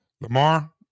Lamar